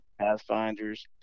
Pathfinders